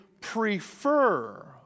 prefer